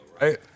right